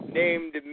named